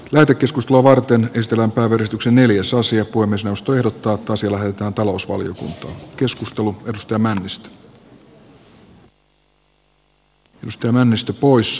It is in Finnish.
lähetekeskustelua varten ystävänpäiväristuksen neljäsosia kuin me suostu irrottautua sillä hän on puhemiesneuvosto ehdottaa että asia lähetetään talousvaliokuntaan